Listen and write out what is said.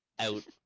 Out